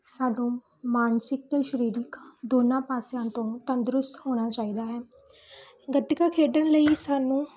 ਸਾਨੂੰ ਮਾਨਸਿਕ ਅਤੇ ਸਰੀਰਿਕ ਦੋਨਾਂ ਪਾਸਿਆਂ ਤੋਂ ਤੰਦਰੁਸਤ ਹੋਣਾ ਚਾਹੀਦਾ ਹੈ ਗੱਤਕਾ ਖੇਡਣ ਲਈ ਸਾਨੂੰ